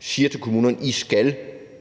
siger til kommunerne, at de skal